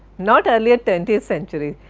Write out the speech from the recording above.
not earlier twentieth century.